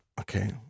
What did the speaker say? Okay